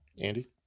andy